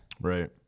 right